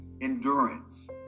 endurance